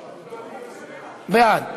בעד.